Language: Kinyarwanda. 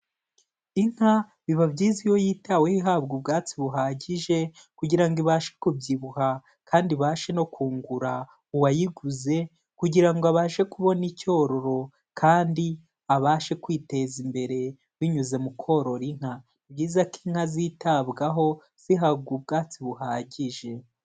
Inka biba byiza iyo yitaweho ihabwa ubwatsi buhagije kugira nngo ibashe kubyibuha kandi ibashe no kungura uwayiguze kugirango ngo abashe kubona icyororo kandi abashe kwiteza imbere binyuze mu korora inka, ni byiza ko inka zitabwaho zihabwa ubwatsi buhagije.